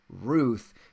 Ruth